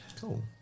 Cool